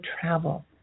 travel